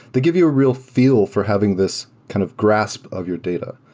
they give you a real feel for having this kind of grasp of your data.